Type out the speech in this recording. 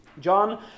John